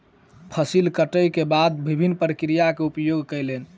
फसिल कटै के बाद विभिन्न प्रक्रियाक उपयोग कयलैन